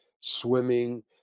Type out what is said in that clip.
swimming